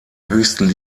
höchsten